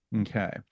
okay